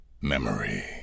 Memory